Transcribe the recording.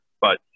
But-